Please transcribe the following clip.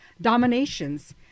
dominations